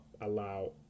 allow